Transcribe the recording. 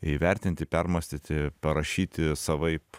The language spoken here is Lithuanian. įvertinti permąstyti parašyti savaip